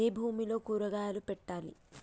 ఏ భూమిలో కూరగాయలు పెట్టాలి?